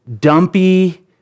dumpy